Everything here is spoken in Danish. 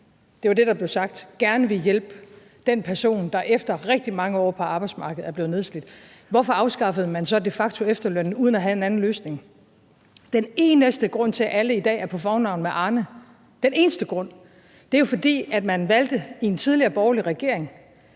det var det, der blev sagt – gerne vil hjælpe den person, der efter rigtig mange år på arbejdsmarkedet er blevet nedslidt, hvorfor afskaffede man så de facto efterlønnen uden at have en anden løsning? Den eneste grund til, at alle i dag er på fornavn med Arne – den eneste grund – er jo, at man i en tidligere borgerlig regering